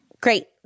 Great